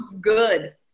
Good